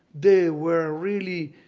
they were really,